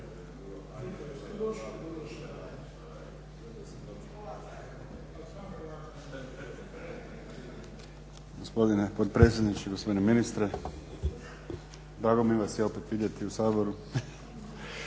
Gospodine potpredsjedniče, gospodine ministre. Drago mi vas je opet vidjeti u Saboru.